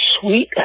sweet